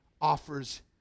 offers